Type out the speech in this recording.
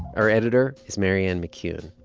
our editor is marianne mccune.